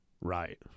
Right